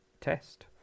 test